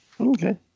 Okay